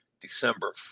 December